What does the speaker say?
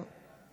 טוב.